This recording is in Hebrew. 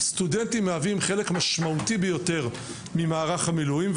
סטודנטים מהווים חלק משמעותי ביותר ממערך המילואים.